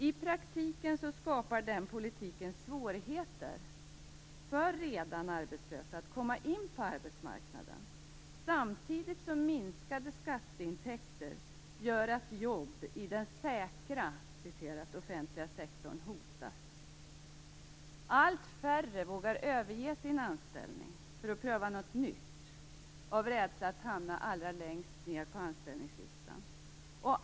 I praktiken skapar den politiken svårigheter för redan arbetslösa att komma in på arbetsmarknaden, samtidigt som minskade skatteintäkter gör att jobb i den "säkra" offentliga sektorn hotas. Allt färre vågar överge sin anställning för att pröva något nytt, av rädsla att hamna längst ned på anställningslistan.